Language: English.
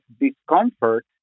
discomfort